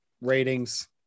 ratings